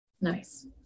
Nice